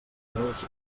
fideus